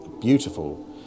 beautiful